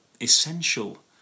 essential